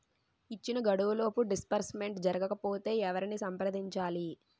ఇచ్చిన గడువులోపు డిస్బర్స్మెంట్ జరగకపోతే ఎవరిని సంప్రదించాలి?